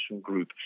group